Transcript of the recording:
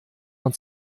man